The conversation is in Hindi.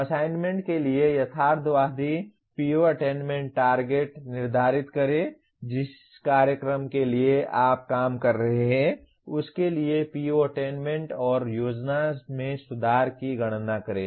असाइनमेंट के लिए यथार्थवादी PO अटेन्मेन्ट टारगेट निर्धारित करें जिस कार्यक्रम के लिए आप काम कर रहे हैं उसके लिए PO अटेन्मेन्ट और योजना में सुधार की गणना करें